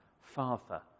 Father